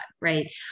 Right